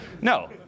No